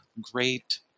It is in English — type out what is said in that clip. great